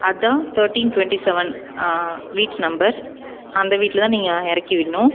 அதுதான் த்தட்டின் twenty seven வீட்டு நம்பர் அந்த வீட்டில் தான் நீங்கள் இறக்கி விடணும்